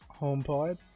HomePod